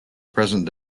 present